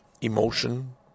emotion